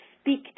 speak